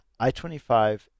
I-25